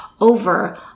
over